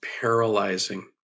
paralyzing